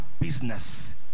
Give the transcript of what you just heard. business